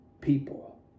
people